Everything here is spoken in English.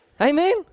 Amen